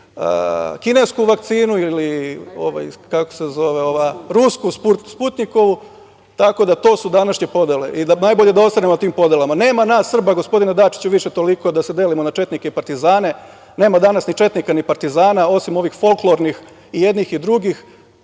kinesku vakcinu ili rusku, Sputnjikovu. To su današnje podele. Najbolje da ostanemo na tim podelama. Nema nas Srba, gospodine Dačiću, toliko da se delimo na četnike i partizane. Nema danas ni četnika, ni partizana, osim ovih folklornih, jednih i drugih.